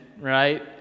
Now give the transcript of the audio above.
right